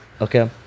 Okay